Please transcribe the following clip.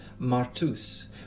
martus